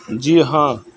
جی ہاں